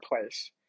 place